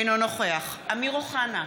אינו נוכח אמיר אוחנה,